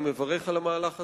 אני מברך על המהלך הזה,